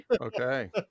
Okay